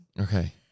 Okay